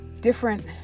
different